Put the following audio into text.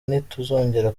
ntituzongera